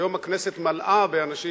היום הכנסת מלאה באנשים,